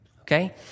okay